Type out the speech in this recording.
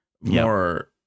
more